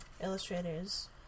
illustrators